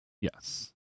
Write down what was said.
Yes